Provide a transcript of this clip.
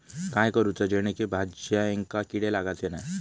काय करूचा जेणेकी भाजायेंका किडे लागाचे नाय?